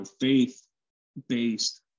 faith-based